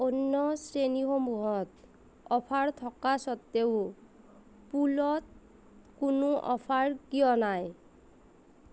অন্য শ্ৰেণীসমূহত অফাৰ থকা স্বত্ৱেও ফুলত কোনো অফাৰ কিয় নাই